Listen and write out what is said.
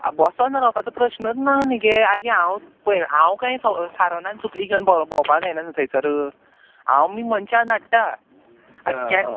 आं बसोन रावपाचो प्रश्नच ना न्ही गे आगे हांव पय हांव कांय सा सारन आनी सुपली घेवन भोंव भोंवपा जायना न्हू थंयसरू आमी मनशा धाडटा आतां केन्ना